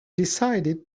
decided